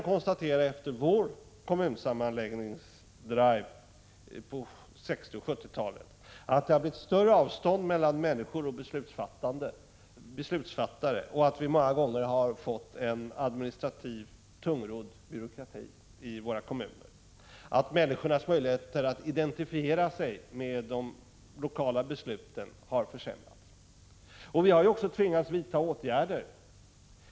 Efter den svenska kommunsammanläggningsdriven på 1960 och 1970 talen kan vi konstatera att det har blivit större avstånd mellan människor och beslutsfattare, att man i många av våra kommuner har fått en tungrodd administrativ byråkrati och att människors möjligheter att identifiera sig med de lokala besluten har försämrats. Vi har också tvingats vidta åtgärder.